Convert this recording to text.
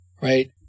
right